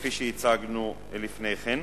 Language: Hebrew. כפי שהצגנו לפני כן.